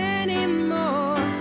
anymore